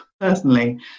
personally